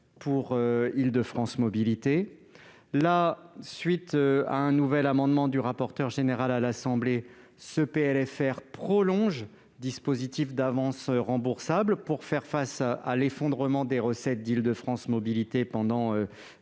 pour Île-de-France Mobilités. À la suite d'un nouvel amendement du rapporteur général à l'Assemblée nationale, ce PLFR prolonge le dispositif d'avance remboursable pour faire face à l'effondrement des recettes d'Île-de-France Mobilités pendant les